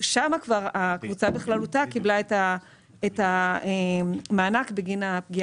שם כבר הקבוצה בכללותה קיבלה את המענק בגין הפגיעה.